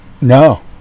No